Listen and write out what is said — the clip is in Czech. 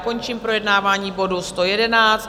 Končím projednávání bodu 111.